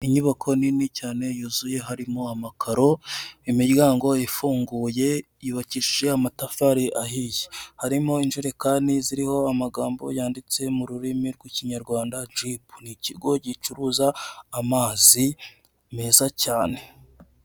Inyubako nini cyane yuzuye harimo amakaro imiryango ifunguye yubakishije amatafari ahiye harimo injerekani ziriho amagambo yanditse mu rurimi rw'ikinyarwanda jibu n'ikigo gicuruza amazi meza cyane.